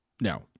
No